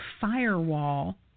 firewall